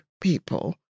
people